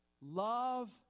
love